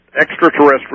extraterrestrial